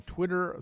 Twitter